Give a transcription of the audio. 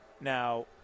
Now